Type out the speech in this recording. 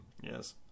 Yes